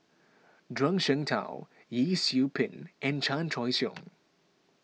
Zhuang Shengtao Yee Siew Pun and Chan Choy Siong